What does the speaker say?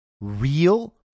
real